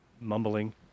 mumbling